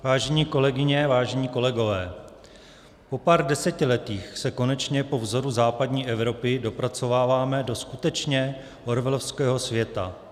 Vážené kolegyně, vážení kolegové, po pár desetiletích se konečně po vzoru západní Evropy dopracováváme do skutečně orwellovského světa.